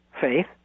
faith